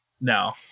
No